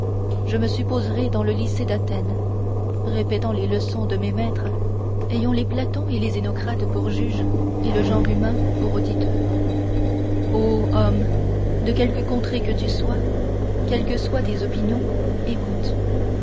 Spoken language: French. je me supposerai dans le lycée d'athènes répétant les leçons de mes maîtres ayant les platons et les xénocrates pour juges et le genre humain pour auditeur ô homme de quelque contrée que tu sois quelles que soient tes opinions écoute